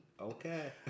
okay